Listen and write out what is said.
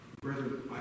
Brethren